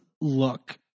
look